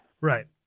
Right